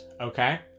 okay